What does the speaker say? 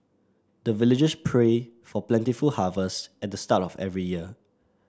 the villagers pray for plentiful harvest at the start of every year